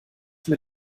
mir